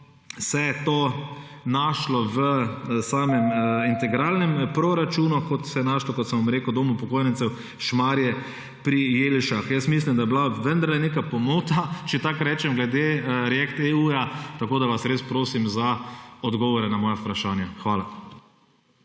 to našlo v samem integralnem proračunu, kot se je našlo, kot sem rekel, v Domu upokojencev Šmarje pri Jelšah? Jaz mislim, da je bila vendarle neka pomota, če tako rečem, glede React-EU, tako da vas res prosim za odgovore na moja vprašanja. Hvala.